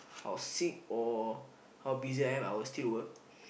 how sick or how busy I am I will still work